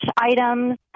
items